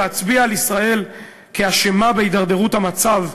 להצביע על ישראל כאשמה בהידרדרות המצב,